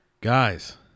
guys